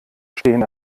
stehen